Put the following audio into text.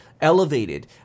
elevated